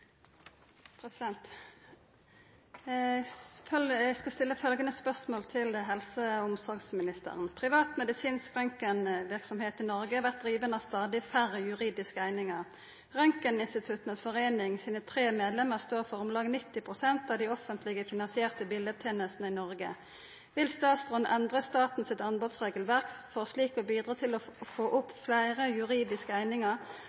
helse- og omsorgsministeren: «Privat medisinsk røntgenverksemd i Norge vert driven av stadig færre juridiske einingar. Røntgeninstituttenes forening sine 3 medlemmer står for om lag 90 pst. av dei offentlege finansierte bildetenestene i Norge. Vil statsråden endra staten sitt anbodsregelverk for slik å bidra til å få